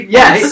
yes